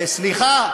סליחה,